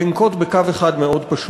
לנקוט קו פשוט: